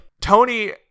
Tony